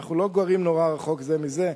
ואנחנו לא גרים נורא רחוק זה מזה.